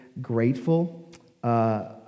grateful